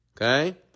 Okay